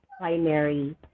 primary